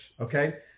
okay